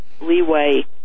leeway